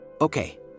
Okay